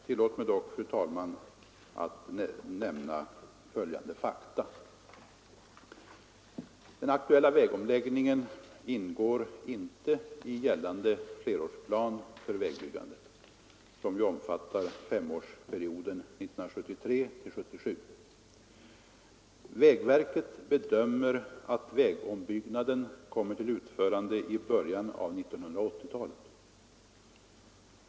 Tillåt mig dock, fru talman, att nämna följande fakta. Den aktuella vägomläggningen ingår inte i gällande flerårsplan för vägbyggandet, som ju omfattar femårsperioden 1973-1977. Vägverket bedömer att vägombyggnaden kommer till utförande i början av 1980-talet.